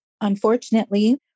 unfortunately